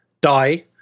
die